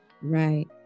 Right